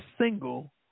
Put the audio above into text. single